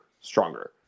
stronger